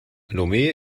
lomé